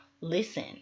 listen